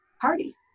party